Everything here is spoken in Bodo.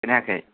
खोनायाखै